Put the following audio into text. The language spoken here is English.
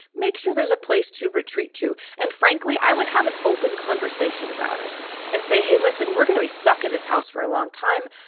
make sure there's a place to retreat to. and frankly, i would have an open conversation about it and say, hey, listen, we're going to be stuck in this house for a long time.